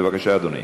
בבקשה, אדוני.